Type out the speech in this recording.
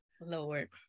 Lord